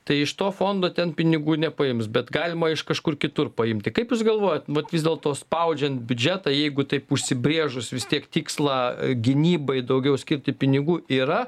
tai iš to fondo ten pinigų nepaims bet galima iš kažkur kitur paimti kaip jūs galvojat vat vis dėlto spaudžiant biudžetą jeigu taip užsibrėžus vis tiek tikslą gynybai daugiau skirti pinigų yra